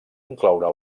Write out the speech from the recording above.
incloure